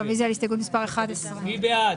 רוויזיה על הסתייגות מס' 47. מי בעד,